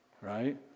Right